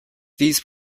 these